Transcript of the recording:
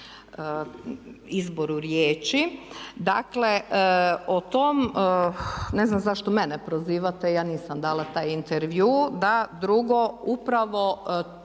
izboru riječi. Dakle o tom, ne znam zašto mene prozivat, ja nisam dala taj intervju. Drugo, upravo